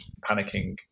panicking